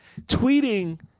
tweeting